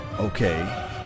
okay